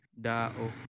dao